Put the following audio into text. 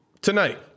Tonight